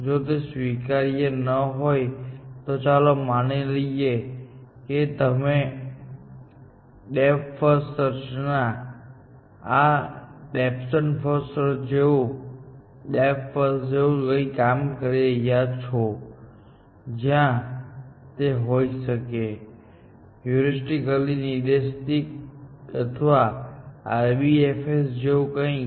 જો તે સ્વીકાર્ય ન હોય તો ચાલો માની લઈએ કે તમે ડેપ્થ ફર્સ્ટ ફેશન માં અથવા ડેપ્થ ફર્સ્ટ જેવું કંઈક કામ કરી રહ્યા છો જ્યાં તે હોઈ શકે છે હ્યુરિસ્ટિકલી નિર્દેશિત અથવા RBFS જેવું કંઈક